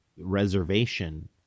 reservation